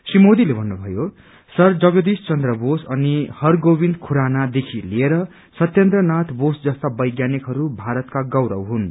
श्री मोदीले भन्नुभयो सर जगदीश चन्द्र बोस अनि हरगोविन्द खुराना देख लिएर सत्येन्द्र नागि बोस जस्ता वैज्ञानिकहरू भारतका गौरव हुन्